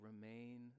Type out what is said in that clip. remain